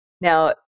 Now